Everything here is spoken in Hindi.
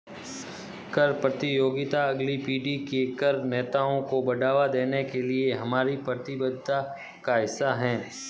कर प्रतियोगिता अगली पीढ़ी के कर नेताओं को बढ़ावा देने के लिए हमारी प्रतिबद्धता का हिस्सा है